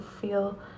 feel